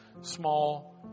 small